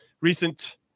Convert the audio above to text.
recent